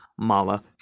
Mala